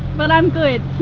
but i'm good.